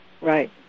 Right